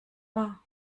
wahr